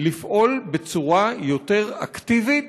לפעול בצורה יותר אקטיבית